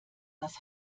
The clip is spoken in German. das